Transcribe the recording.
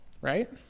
Right